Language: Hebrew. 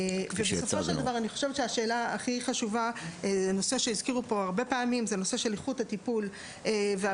נושא שהזכירו פה הרבה פעמים הוא הנושא של איכות הטיפול והבטיחות.